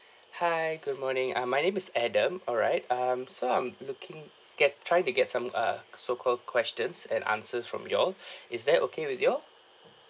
hi good morning ah my name is adam alright um so I'm looking get try to get some uh so called questions and answers from you all is that okay with you all